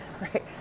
Right